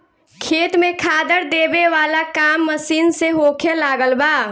खेत में खादर देबे वाला काम मशीन से होखे लागल बा